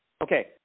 Okay